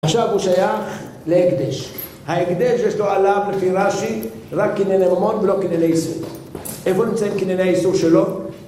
עכשיו הוא שייך להקדש. ההקדש יש לו עליו, לפי רש"י, רק קניני ממון ולא קניני איסור. איפה נמצא את קניני איסור שלו?